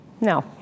No